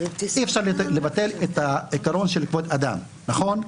אי אפשר לבטל את העיקרון של כבוד אדם, נכון?